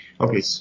Okay